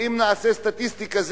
ואם נעשה סטטיסטיקה,